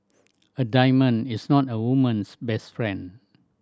a diamond is not a woman's best friend